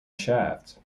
shaft